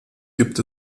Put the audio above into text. gibt